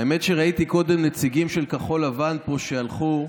האמת היא שראיתי קודם נציגים של כחול לבן שהלכו פה,